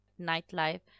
nightlife